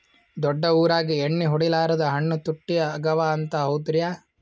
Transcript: ದೊಡ್ಡ ಊರಾಗ ಎಣ್ಣಿ ಹೊಡಿಲಾರ್ದ ಹಣ್ಣು ತುಟ್ಟಿ ಅಗವ ಅಂತ, ಹೌದ್ರ್ಯಾ?